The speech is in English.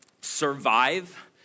survive